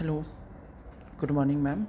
hello good morning ma'am